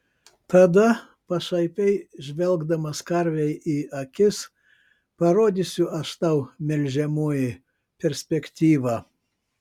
tada pašaipiai žvelgdamas karvei į akis parodysiu aš tau melžiamoji perspektyvą